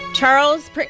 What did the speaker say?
Charles